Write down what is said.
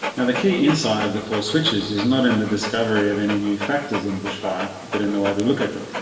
key insight of the four switches is not in the discovery of any new factors in bushfire but in the way we look at them.